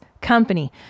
company